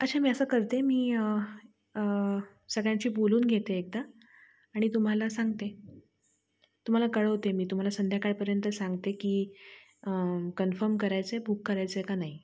अच्छा मी असं करते मी सगळ्यांशी बोलून घेते एकदा आणि तुम्हाला सांगते तुम्हाला कळवते मी तुम्हाला संध्याकाळपर्यंत सांगते की कन्फम करायचंय बुक करायचंय का नाही